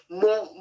more